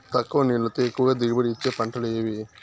తక్కువ నీళ్లతో ఎక్కువగా దిగుబడి ఇచ్చే పంటలు ఏవి?